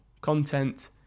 content